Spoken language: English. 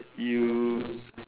you